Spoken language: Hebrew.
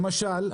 למשל,